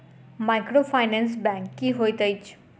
Microfinance bank की होइत अछि?